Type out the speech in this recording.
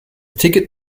ticket